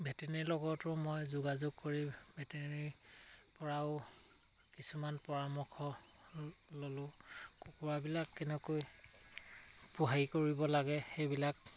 ভেটেনেৰীৰ লগতো মই যোগাযোগ কৰি ভেটেনেৰীৰ পৰাও কিছুমান পৰামৰ্শ ল'লোঁ কুকুৰাবিলাক কেনেকৈ পোহাৰি কৰিব লাগে সেইবিলাক